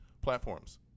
platforms